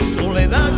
soledad